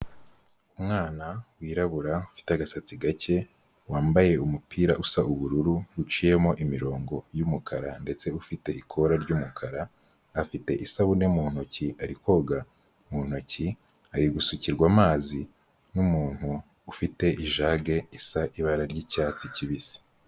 Umwana wirabura ufite agasatsi gake, wambaye umupira usa ubururu buciyemo imirongo y'umukara ndetse ufite ikora ry'umukara, afite isabune mu ntoki ari koga mu ntoki, ari gusukirwa amazi n'umuntu ufite ijage isa ibara ry'icyatsi kibisi.